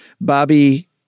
Bobby